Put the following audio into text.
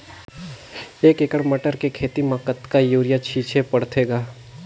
एक एकड़ मटर के खेती म कतका युरिया छीचे पढ़थे ग?